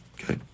Okay